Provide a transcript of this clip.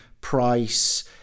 price